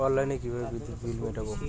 অনলাইনে কিভাবে বিদ্যুৎ বিল মেটাবো?